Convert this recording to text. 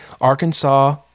Arkansas